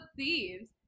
Thieves